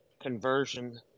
conversion